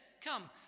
come